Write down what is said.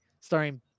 starring